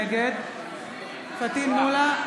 נגד פטין מולא,